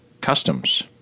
customs